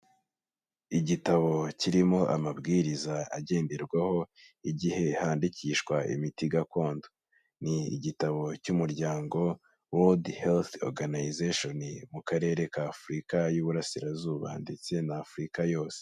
Igitabo kirimo amabwiriza agenderwaho igihe handikishwa imiti gakondo, ni igitabo cy'umuryango World Health Organization mu karere k'Afurika y'Ububurasirazuba ndetse n'Afurika yose.